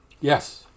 Yes